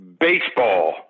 baseball